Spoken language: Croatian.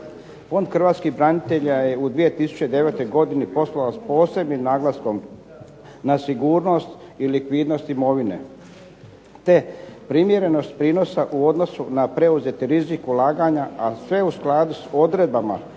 Fond hrvatskih branitelja je u 2009. godini poslovao s posebnim naglaskom na sigurnost i likvidnost imovine te primjerenost prinosa u odnosu na preuzeti rizik ulaganja, a sve u skladu s odredbama